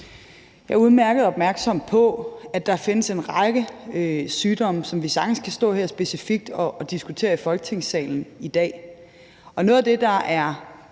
Jeg er udmærket opmærksom på, at der findes en række sygdomme, som vi sagtens kan stå her specifikt og diskutere i Folketingssalen i dag. Noget af det, der er